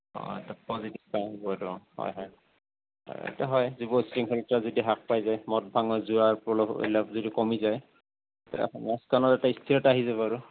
অঁ এটা পজিটিভ হ'ব অঁ হয় হয় এইটো হয় যুৱ উশৃংখলতা যদি হ্ৰাস পাই যায় মদ ভাঙৰ জোৱাৰ যদি কমি যায় তেতিয়া সমাজখনৰ এটা স্থিৰতা আহি যাব আৰু